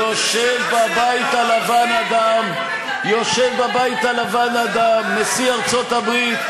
יושב בבית הלבן אדם, נשיא ארצות-הברית,